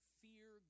fear